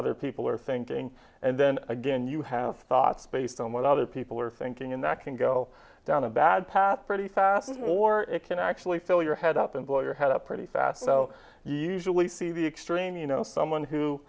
other people are thinking and then again you have thoughts based on what other people are thinking and that can go down a bad path pretty fast or it can actually fill your head up and blow your head up pretty fast so you usually see the extreme you know someone who